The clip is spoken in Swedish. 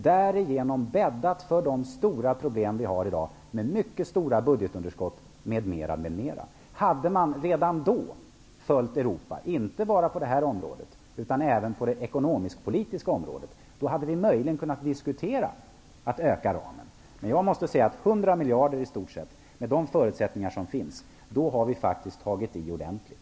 Därigenom har vi bäddat för de stora problem vi i dag har, med mycket stora budgetunderskott m.m. Hade vi redan då följt Europa, inte bara på detta område utan även på det ekonomisk-politiska området, hade vi möjligen kunnat diskutera en ökning av ramen. Med en satsning på i stort sett 100 miljarder, med de förutsättningar som finns, har vi faktiskt tagit i ordentligt.